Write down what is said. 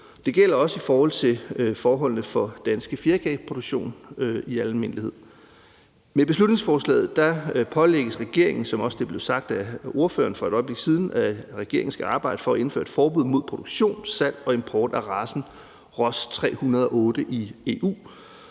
Det gælder også i forhold til forholdene for dansk fjerkræproduktion i al almindelighed. Med beslutningsforslaget pålægges regeringen, som det også blev sagt af ordføreren for et øjeblik siden, at arbejde for at indføre et forbud mod produktion, salg og import af racen Ross 308 i EU.